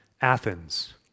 Athens